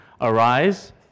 Arise